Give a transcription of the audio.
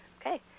Okay